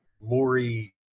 Lori